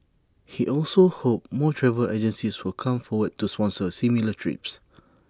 he also hoped more travel agencies would come forward to sponsor similar trips